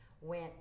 went